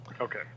Okay